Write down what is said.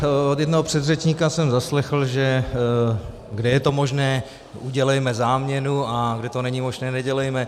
Od jednoho předřečníka jsem zaslechl, kde je to možné, udělejme záměnu, a kde to není možné, nedělejme.